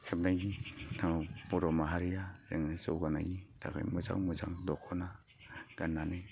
फटक खेबनायनि उनाव बर'माहारिया जोंनो जौगानायनि थाखाय मोजां मोजां दख'ना गाननानै